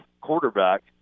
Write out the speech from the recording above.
quarterback